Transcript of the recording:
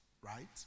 right